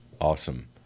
awesome